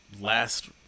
last